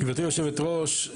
גברתי היושבת-ראש,